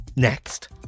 Next